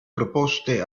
proposte